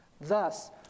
Thus